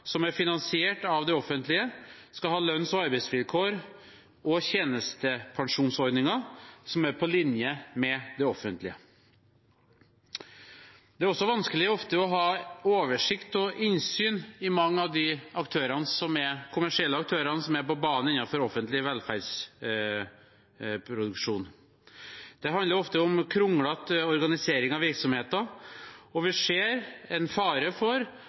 som er finansiert av det offentlige, skal ha lønns- og arbeidsvilkår og tjenestepensjonsordninger som er på linje med det offentlige. Det er også ofte vanskelig å ha oversikt over og innsyn i mange av de kommersielle aktørene som er på banen innenfor offentlig velferdsproduksjon. Det handler ofte om kronglete organisering av virksomheter, og vi ser en fare for